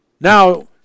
Now